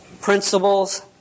principles